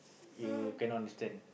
you cannot understand